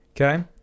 Okay